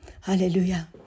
Hallelujah